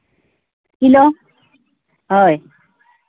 kilo ᱦᱳᱭ